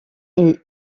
est